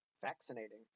vaccinating